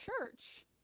church